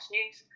News